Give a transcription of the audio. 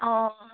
অঁ